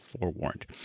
forewarned